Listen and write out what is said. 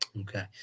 Okay